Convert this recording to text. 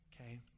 okay